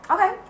Okay